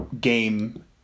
game